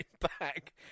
back